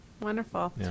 Wonderful